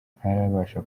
ntarabasha